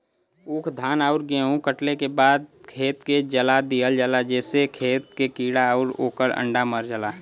ऊख, धान आउर गेंहू कटले के बाद खेत के जला दिहल जाला जेसे खेत के कीड़ा आउर ओकर अंडा मर जाला